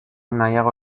nahiago